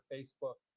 Facebook